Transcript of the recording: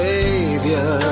Savior